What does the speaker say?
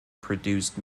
produced